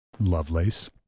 Lovelace